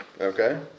Okay